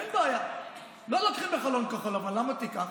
אין בעיה, לא לוקחים בחולון כחול לבן, למה תיקח?